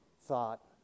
thought